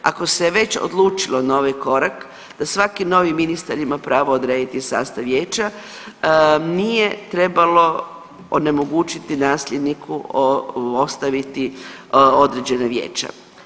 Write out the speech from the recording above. Ako se je već odlučilo na ovaj korak da svaki novi ministar ima pravo odrediti sastav vijeća nije trebalo onemogućiti nasljedniku ostaviti određena vijeća.